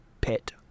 pet